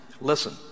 listen